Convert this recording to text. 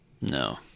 No